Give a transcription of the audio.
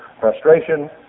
frustration